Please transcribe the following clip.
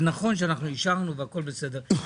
נכון שאישרנו והכול בסדר,